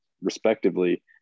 respectively